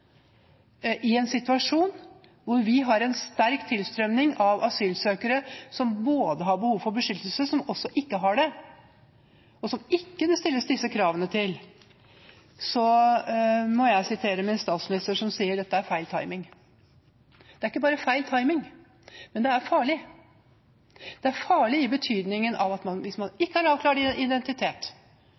i en situasjon hvor vi har en sterk tilstrømning av asylsøkere som har behov for beskyttelse, men også asylsøkere som ikke har det, og som det ikke stilles disse kravene til. Da må jeg sitere min statsminister, som sier: Dette er feil timing. Det er ikke bare feil timing, men det er farlig. Det er farlig i den betydning at hvis man ikke har avklart identitet,